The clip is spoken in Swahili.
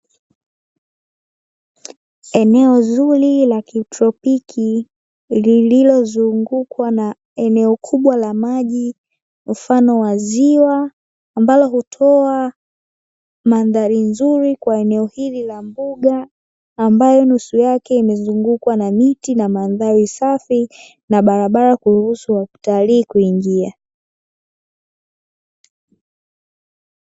Eneo zuri la kitropiki lililozungukwa na eneo kubwa la maji mfano wa ziwa, ambalo hutoa mandhari nzuri kwa eneo hili la mbuga, ambayo nusu yake imezungukwa na miti na mandhari safi na barabara kuruhusu watalii kuingia.